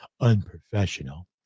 unprofessional